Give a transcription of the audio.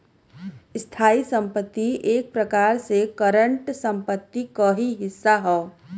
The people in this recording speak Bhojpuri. स्थायी संपत्ति एक प्रकार से करंट संपत्ति क ही हिस्सा हौ